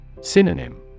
Synonym